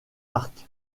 arc